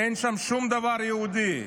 אין שם שום דבר יהודי.